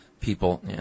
people